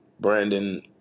Brandon